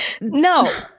no